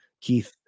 Keith